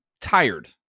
tired